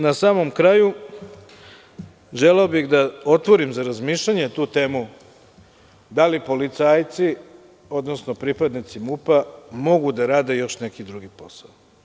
Na samom kraju, želeo bih da otvorim za razmišljanje tu temu, da li policajci odnosno pripadnici MUP mogu da rade još neki drugi posao?